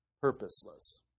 purposeless